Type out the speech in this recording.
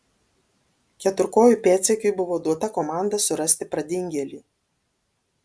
keturkojui pėdsekiui buvo duota komanda surasti pradingėlį